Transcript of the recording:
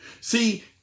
See